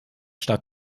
stark